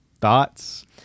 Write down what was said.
Thoughts